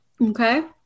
Okay